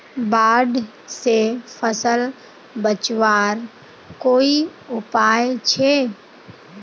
बाढ़ से फसल बचवार कोई उपाय छे?